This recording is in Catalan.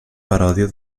paròdia